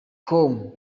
com